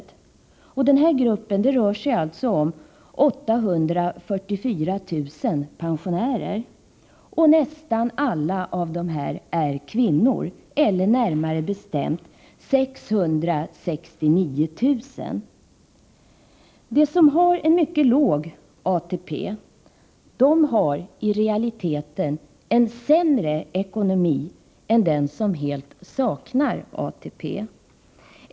Det rör sig här om 844 000 pensionärer, varav nästan alla är kvinnor, eller närmare bestämt 669 000. De som har en mycket låg ATP har i realiteten en sämre ekonomi än de som helt saknar ATP.